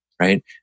right